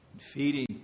feeding